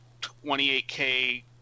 28k